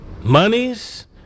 monies